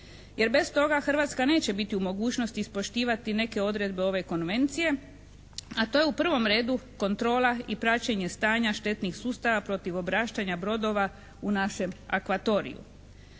jer bez toga Hrvatska neće biti u mogućnosti ispoštivati neke odredbe ove Konvencije, a to je u prvom redu kontrola i praćenje stanja štetnih sustava protiv obraštanja brodova u našem akvatoriju.